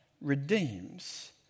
redeems